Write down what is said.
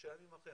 שלושה ימים אחרי.